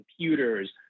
computers